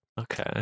Okay